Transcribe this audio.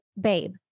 Babe